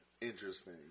interesting